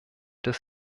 des